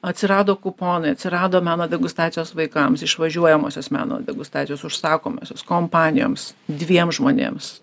atsirado kuponai atsirado meno degustacijos vaikams išvažiuojamosios meno degustacijos užsakomosios kompanijoms dviem žmonėms